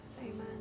Amen